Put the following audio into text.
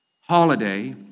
holiday